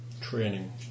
training